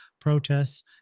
protests